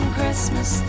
Christmas